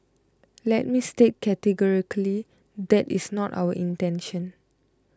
let me state categorically that is not our intention